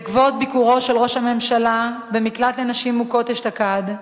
בעקבות ביקורו של ראש הממשלה במקלט לנשים מוכות אשתקד,